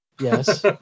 Yes